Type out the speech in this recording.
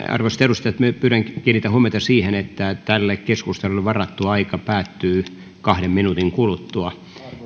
arvoisat edustajat pyydän kiinnittämään huomiota siihen että tälle keskustelulle varattu aika päättyy kahden minuutin kuluttua